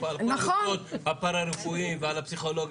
קודם כל הפרא-רפואיים ועל הפסיכולוגים.